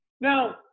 Now